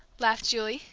laughed julie,